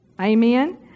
Amen